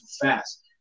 fast